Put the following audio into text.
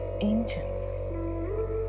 angels